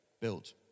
built